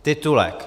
Titulek.